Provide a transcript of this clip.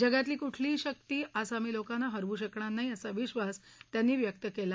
जगातली कुठलीही शक्ती आसामी लोकांना हरवू शकणार नाही असा विश्वास त्यांन व्यक्त केला